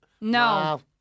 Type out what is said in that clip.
No